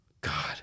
God